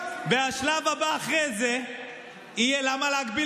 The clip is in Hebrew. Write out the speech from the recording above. והשלב הבא אחרי זה יהיה: למה להגביל